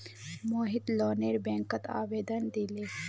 मोहित लोनेर बैंकत आवेदन दिले